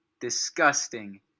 Disgusting